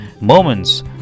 Moments